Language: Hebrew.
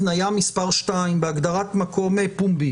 תניה מספר שתיים בהגדרת מקום פומבי